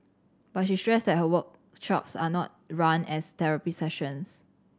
but she stressed that her work are not run as therapy sessions